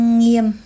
Nghiêm